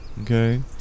Okay